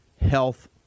health